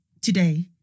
today